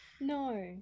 No